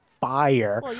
fire